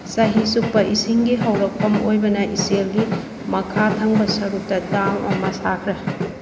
ꯆꯍꯤ ꯆꯨꯞꯄ ꯏꯁꯤꯡꯒꯤ ꯍꯧꯔꯛꯐꯝ ꯑꯣꯏꯕꯅ ꯏꯆꯦꯜꯒꯤ ꯃꯈꯥ ꯊꯪꯕ ꯁꯔꯨꯛꯇ ꯗꯥꯝ ꯑꯃ ꯁꯥꯈ꯭ꯔꯦ